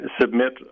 submit